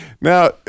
Now